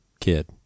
kid